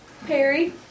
Perry